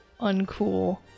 uncool